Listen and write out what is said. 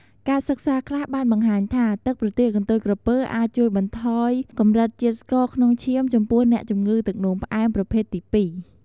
ការសិក្សាខ្លះបានបង្ហាញថា ទឹកប្រទាលកន្ទុយក្រពើអាចជួយបន្ថយកម្រិតជាតិស្ករក្នុងឈាមចំពោះអ្នកជំងឺទឹកនោមផ្អែមប្រភេទទី ២។